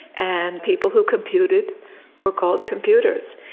and people who computed were called computers.